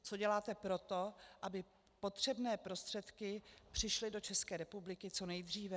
Co děláte pro to, aby potřebné prostředky přišly do České republiky co nejdříve?